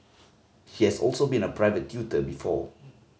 she has also been a private tutor before